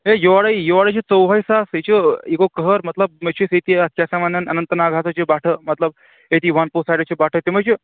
ہے یورے یورے چھِ ژوہے ساس یہِ چھُ یہِ گوٚو کٔہر مطلب مےٚ چھُ ییٚتی اَتھ کیٛاہ چھِ وَنان اننت ناگ ہَسا چھِ بَٹھٕ مطلب ییٚتی وَن پو سایڈَس چھِ بَٹھٕ تِمَے چھِ